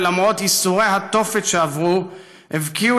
ולמרות ייסורי התופת שעברו הבקיעו